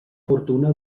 fortuna